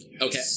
Okay